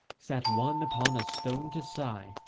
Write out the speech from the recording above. sat one upon a stone to sigh,